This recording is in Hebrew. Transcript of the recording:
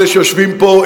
אלה שיושבים פה,